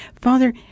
Father